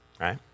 right